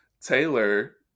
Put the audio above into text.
Taylor